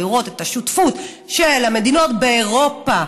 לראות את השותפות של המדינות באירופה